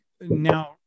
now